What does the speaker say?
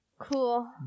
Cool